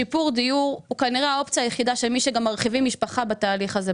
שיפור דיור הוא כנראה האופציה היחידה של מי שגם מרחיבים משפחה בדרך.